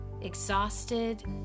exhausted